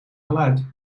geluid